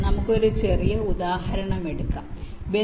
നമുക്ക് ഒരു ചെറിയ ഉദാഹരണം എടുക്കാം എന്ന് പറയാം